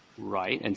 right. and